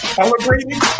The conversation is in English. celebrating